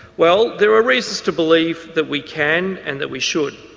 well there are reasons to believe that we can and that we should.